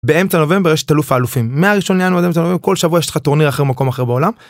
באמצע נובמבר יש את אלוף אלופים. מהראשון לינואר כל שבוע יש לך טורניר אחר במקום אחר בעולם.